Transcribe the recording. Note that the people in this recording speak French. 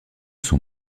son